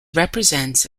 represents